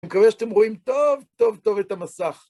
מקווה שאתם רואים טוב טוב טוב את המסך.